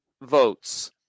votes